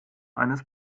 eines